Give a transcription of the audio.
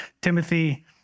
Timothy